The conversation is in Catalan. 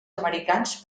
americans